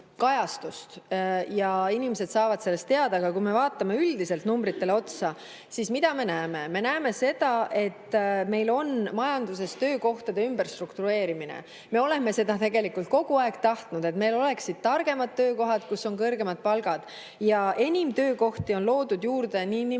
ja inimesed saavad sellest teada. Aga kui me vaatame üldiselt numbritele otsa, siis mida me näeme? Me näeme seda, et meil on majanduses töökohtade ümberstruktureerimine. Me oleme seda tegelikult kogu aeg tahtnud, et meil oleksid targemad töökohad, kus on kõrgemad palgad. Ja enim töökohti on loodud juurde niinimetatud